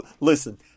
Listen